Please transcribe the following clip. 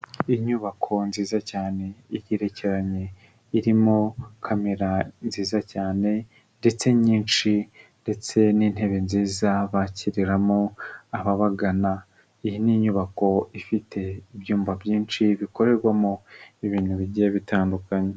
Inyubako nziza cyane igerekeranye, irimo kamera nziza cyane ndetse nyinshi ndetse n'intebe nziza bakiriramo ababagana, iyi ni inyubako ifite ibyumba byinshi bikorerwamo ibintu bigiye bitandukanye.